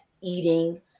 eating